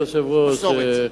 אדוני היושב-ראש,